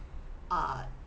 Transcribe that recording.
err